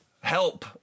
Help